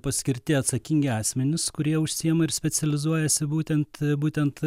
paskirti atsakingi asmenys kurie užsiima ir specializuojasi būtent būtent